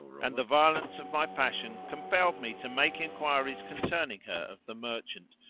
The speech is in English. and the violence of my passion compelled me to make enquiries concerning her of the merchant,